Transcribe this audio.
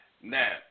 Now